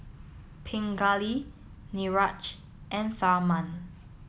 Pingali Niraj and Tharman